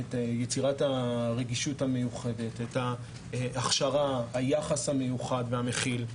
יצירת רגישות מיוחדת, הכשרה, יחס מיוחד ומכיל,